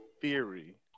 theory